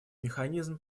механизм